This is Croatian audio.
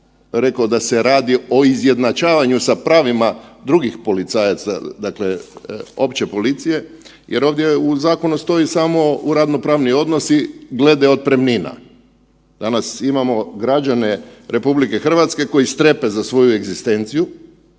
da se radi o izjednačavanju sa pravima drugih policajaca, dakle opće policije jer ovdje u zakonu stoji samo u radno pravni odnosi glede otpremnina. Danas imamo građane RH koji strepe za svoju egzistenciju,